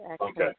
Okay